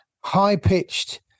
high-pitched